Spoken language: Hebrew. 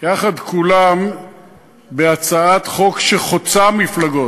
יחד כולם בהצעת חוק שחוצה מפלגות.